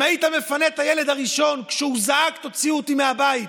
אם היית מפנה את הילד הראשון כשהוא זעק: תוציאו אותי מהבית,